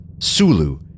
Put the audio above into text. Sulu